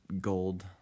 gold